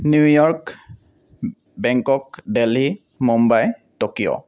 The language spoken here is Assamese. New York Bangkok Delhi Mumbai Tokyo